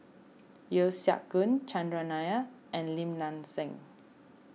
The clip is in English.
Yeo Siak Goon Chandran Nair and Lim Nang Seng